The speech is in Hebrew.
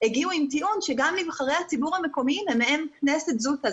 הגיעו עם טיעון שגם נבחרי הציבור המקומיים הם מעין כנסת זוטא.